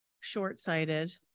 short-sighted